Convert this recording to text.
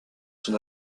son